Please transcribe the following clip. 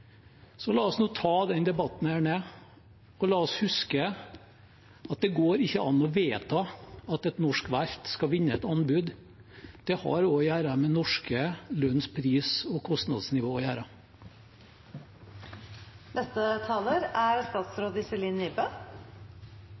Så la oss nå ta denne debatten ned, og la oss huske at det går ikke an å vedta at et norsk verft skal vinne et anbud. Det har også å gjøre med norske lønns-, pris- og